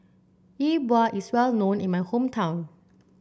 Yi Bua is well known in my hometown